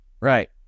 Right